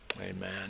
Amen